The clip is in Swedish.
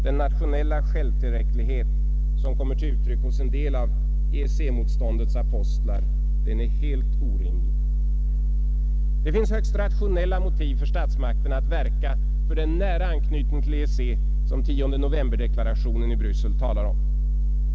Den nationella självtillräcklighet, som kommer till uttryck hos en del av EEC-motståndets apostlar, är helt orimlig. Det finns högst rationella motiv för statsmakterna att verka för den nära anknytning till EEC, som det talas om i 10 november-deklarationen i Brässel.